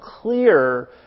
clear